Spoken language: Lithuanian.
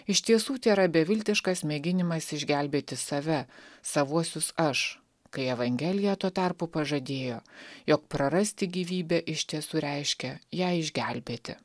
iš tiesų tėra beviltiškas mėginimas išgelbėti save savuosius aš kai evangelija tuo tarpu pažadėjo jog prarasti gyvybę iš tiesų reiškia ją išgelbėti